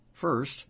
First